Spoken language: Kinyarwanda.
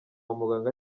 muganga